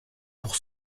pour